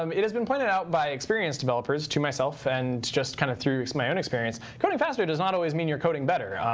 um it has been pointed out by experienced developers to myself and just kind of through my own experience, coding faster does not always mean you're coding better.